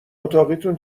اتاقیتون